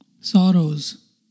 sorrows